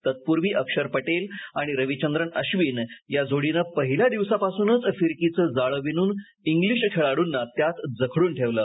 तत्पूर्वी अक्षर पटेल आणि रविचंद्रन आश्विन या जोडीने पहिल्या दिवसापासूनच फिरकीचे जाळे विणून इंग्लिश खेळाडूंना त्यात जखडून ठेवलं